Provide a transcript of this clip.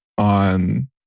On